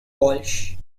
walsh